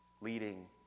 Leading